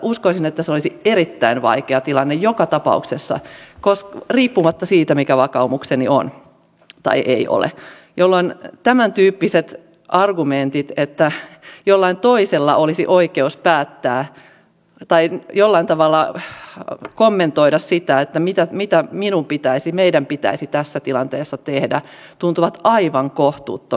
uskoisin että se olisi erittäin vaikea tilanne joka tapauksessa riippumatta siitä mikä vakaumukseni on tai ei ole jolloin tämäntyyppiset argumentit että jollain toisella olisi oikeus päättää tai jollain tavalla kommentoida sitä mitä minun ja meidän pitäisi tässä tilanteessa tehdä tuntuvat aivan kohtuuttomilta